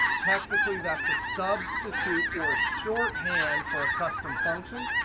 technically, that's a substitute or a shorthand for a custom function.